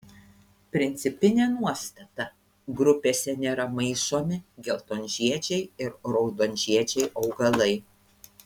principinė nuostata grupėse nėra maišomi geltonžiedžiai ir raudonžiedžiai augalai